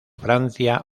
francia